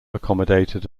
accommodated